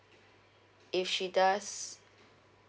if she does